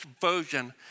version